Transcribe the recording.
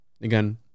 Again